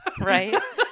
Right